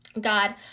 God